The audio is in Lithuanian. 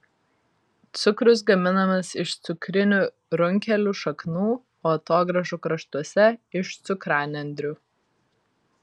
cukrus gaminamas iš cukrinių runkelių šaknų o atogrąžų kraštuose iš cukranendrių